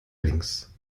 links